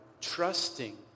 trusting